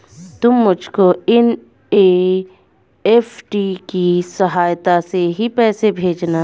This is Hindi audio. तुम मुझको एन.ई.एफ.टी की सहायता से ही पैसे भेजना